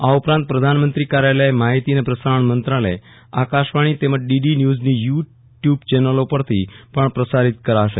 આ ઉપરાંત પ્રધાનમંત્રી કાર્યાલય માહિતી અને પ્રસારણ મંત્રાલય આકાશવાણી તેમજ ડીડી ન્યુઝની યુ ટયુબ ચેનલો પરથી પણ પ્રસારિત કરાશે